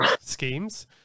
schemes